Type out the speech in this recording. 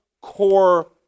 core